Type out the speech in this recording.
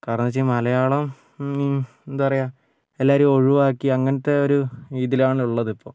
കാരണം എന്നു വച്ചു കഴിഞ്ഞാൽ മലയാളം എന്താ പറയുക എല്ലാവരും ഒഴുവാക്കി അങ്ങനത്തെ ഒരു ഇതിലാണ് ഉള്ളത് ഇപ്പോൾ